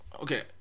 Okay